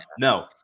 No